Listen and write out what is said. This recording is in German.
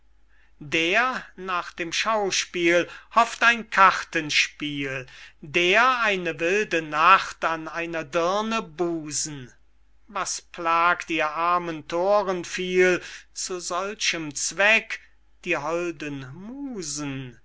der nach dem schauspiel hofft ein kartenspiel der eine wilde nacht an einer dirne busen was plagt ihr armen thoren viel zu solchem zweck die holden musen